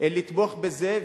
לתמוך בזה.